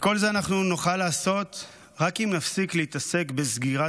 את כל זה אנחנו נוכל לעשות רק אם נפסיק להתעסק בסגירת